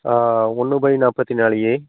ஆ ஒன்று பை நாற்பத்தி நாலு ஏ